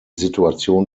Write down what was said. situation